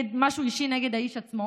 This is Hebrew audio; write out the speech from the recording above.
משהו אישי נגד האיש עצמו,